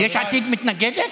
יש עתיד מתנגדת?